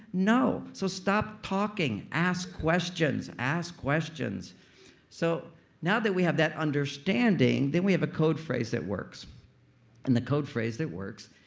no. so stop talking, ask questions. ask questions so now that we have that understanding, then we have a code phrase that works and the code phrase that works,